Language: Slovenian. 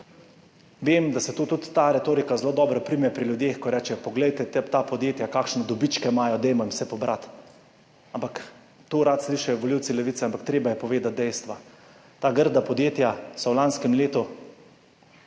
Vem, da se tudi tu ta retorika zelo dobro prime pri ljudeh, ki rečejo, poglejte ta podjetja, kakšne dobičke imajo, vse jim poberimo. To radi slišijo volivci Levice, ampak treba je povedati dejstva. Ta grda podjetja so v lanskem letu